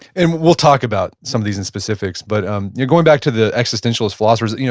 and we'll talk about some of these in specifics, but um you're going back to the existentialist philosophers. you know